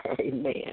Amen